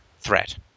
threat